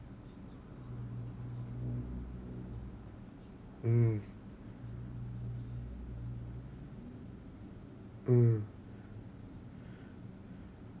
mm mm